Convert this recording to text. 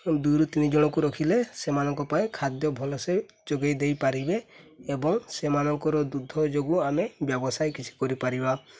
ଦୁଇରୁ ତିନି ଜଣଙ୍କୁ ରଖିଲେ ସେମାନଙ୍କ ପାଇଁ ଖାଦ୍ୟ ଭଲସେ ଯୋଗାଇ ଦେଇପାରିବେ ଏବଂ ସେମାନଙ୍କର ଦୁଧ ଯୋଗୁଁ ଆମେ ବ୍ୟବସାୟ କିଛି କରିପାରିବା